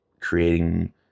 creating